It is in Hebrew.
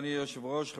אדוני היושב-ראש,